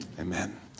Amen